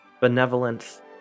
benevolence